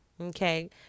Okay